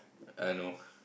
I know